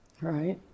right